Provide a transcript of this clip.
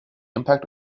impact